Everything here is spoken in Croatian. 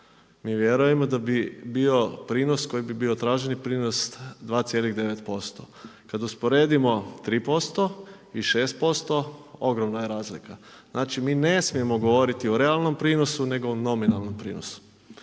Mi vjerujemo da bi bio prinos koji bi bio traženi prinos 2,9%, kada usporedimo 3% i 6% ogromna je razlika. Znači ne smijemo govoriti o realnom prinosu nego nominalnom prinosu.